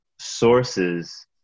sources